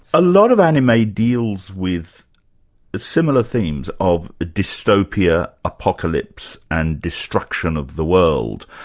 a lot of anime deals with similar themes of dystopia, apocalypse and destruction of the world.